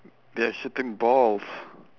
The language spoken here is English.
they are shooting balls